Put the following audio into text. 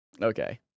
Okay